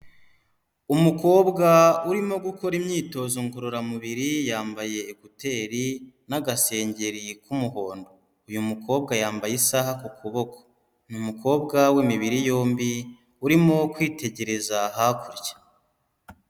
Umukobwa urimo gukora imyitozo ngororamubiri yambaye ekuteri n'agasengeri k'umuhondo, uyu mukobwa yambaye isaha ku kuboko, ni umukobwa w'imibiri yombi urimo kwitegereza hakurya.